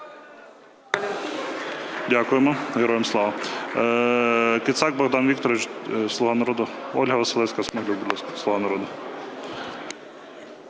Дякуємо. Героям слава! Кицак Богдан Вікторович, "Слуга народу". Ольга Василевська-Смаглюк, будь ласка, "Слуга народу".